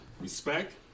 Respect